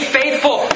faithful